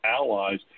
allies